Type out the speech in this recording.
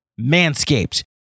Manscaped